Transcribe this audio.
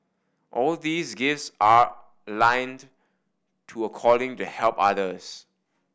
all these gifts are aligned to a calling to help others